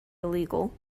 illegal